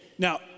Now